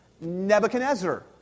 Nebuchadnezzar